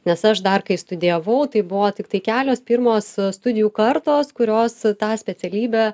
nes aš dar kai studijavau tai buvo tiktai kelios pirmos studijų kartos kurios tą specialybę